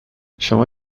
شما